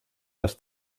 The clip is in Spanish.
las